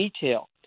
detail